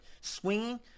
swinging